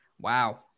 wow